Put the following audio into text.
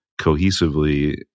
cohesively